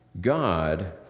God